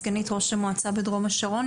סגנית ראש המועצה בדרום השרון,